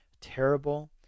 terrible